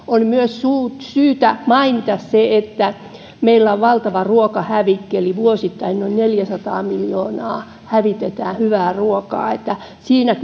on myös syytä mainita se että meillä on valtava ruokahävikki eli vuosittain noin neljäsataa miljoonaa kiloa hävitetään hyvää ruokaa siinä